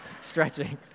stretching